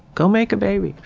go make a baby?